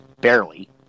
barely